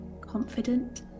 Confident